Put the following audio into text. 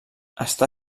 està